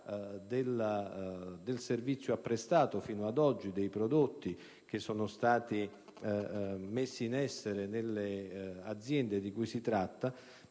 del servizio apprestato fino ad oggi e dei prodotti che sono stati messi in essere nelle aziende di cui si tratta,